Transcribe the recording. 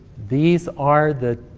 these are the